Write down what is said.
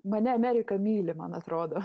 mane amerika myli man atrodo